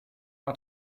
war